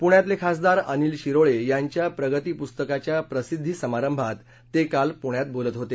पुण्यातले खासदार अनिल शिरोळे यांच्या प्रगती पुस्तकाच्या प्रसिद्धी समारंभात ते काल पुण्यात बोलत होते